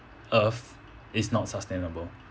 earth is not sustainable